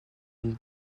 une